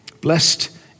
Blessed